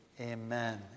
amen